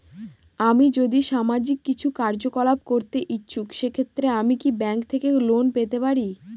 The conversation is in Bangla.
আমি যদি সামাজিক কিছু কার্যকলাপ করতে ইচ্ছুক সেক্ষেত্রে আমি কি ব্যাংক থেকে লোন পেতে পারি?